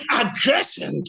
aggression